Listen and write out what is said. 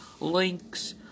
links